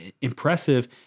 impressive